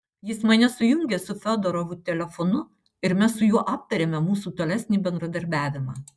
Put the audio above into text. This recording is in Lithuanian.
jis mane sujungė su fiodorovu telefonu ir mes su juo aptarėme mūsų tolesnį bendradarbiavimą